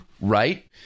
Right